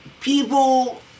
people